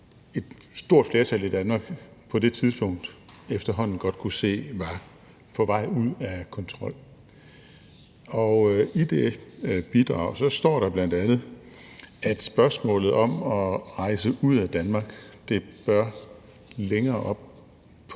et stort flertal i Danmark på det tidspunkt efterhånden godt kunne se var på vej ud af kontrol, og i det bidrag står der bl.a., at spørgsmålet om at rejse ud af Danmark bør længere op på